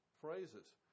phrases